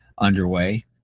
underway